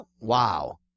Wow